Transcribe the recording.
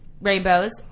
Rainbows